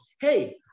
Hey